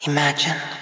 Imagine